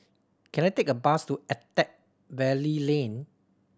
can I take a bus to Attap Valley Lane